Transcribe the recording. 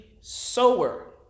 sower